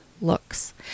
looks